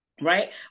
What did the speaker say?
right